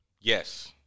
Yes